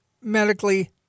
medically